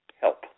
help